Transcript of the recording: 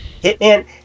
Hitman